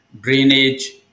drainage